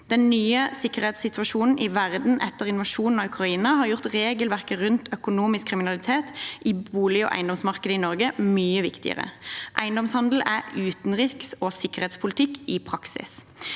«Det nye sikkerhetssituasjonen i verden etter invasjonen av Ukraina har gjort regelverket rundt økonomisk kriminalitet i bolig- og eiendomsmarkedet i Norge mye viktigere. Eiendomshandel er utenriks- og sikkerhetspolitikk i praksis.»